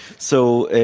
so,